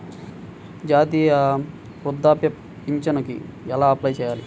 జాతీయ వృద్ధాప్య పింఛనుకి ఎలా అప్లై చేయాలి?